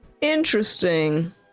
Interesting